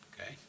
Okay